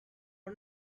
for